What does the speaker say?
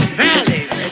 valleys